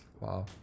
Wow